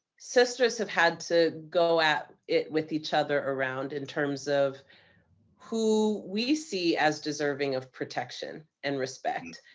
sisters have had to go at it with each other around in terms of who we see as deserving of protection and respect.